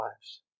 lives